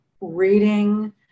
Reading